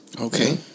Okay